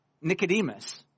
Nicodemus